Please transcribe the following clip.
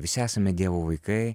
visi esame dievo vaikai